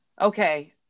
Okay